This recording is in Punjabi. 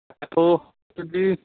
ਹੈਲੋ ਜੀ